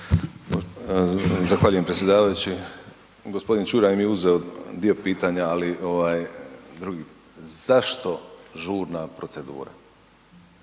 Zahvaljujem predsjedavajući. G. Čuraj mi je uzeo dio pitanja ali drugo, zašto žurna procedura?